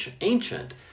ancient